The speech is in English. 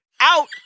out